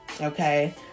Okay